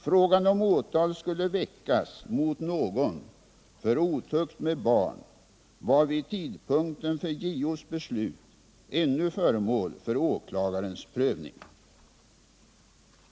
Frågan om åtal skulle väckas mot någon för otukt med barn var vid tidpunkten för JO:s beslut ännu föremål för åklagarens prövning.